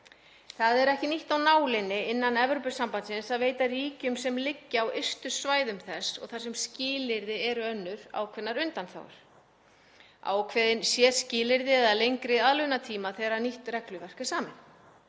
Það er ekki nýtt af nálinni innan Evrópusambandsins að veita ríkjum sem liggja á ystu svæðum þess þar sem skilyrði eru önnur ákveðnar undanþágur og að ákveðin séu skilyrði eða lengri aðlögunartími þegar nýtt regluverk er samið.